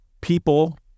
people